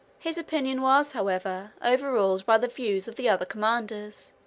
his opinion was, however, overruled by the views of the other commanders,